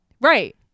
Right